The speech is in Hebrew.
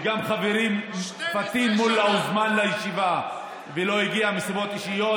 וגם חברי פטין מולא הוזמן לישיבה ולא הגיע מסיבות אישיות,